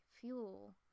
fuel